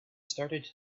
started